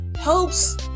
helps